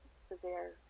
severe